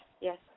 yes